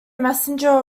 messenger